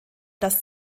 das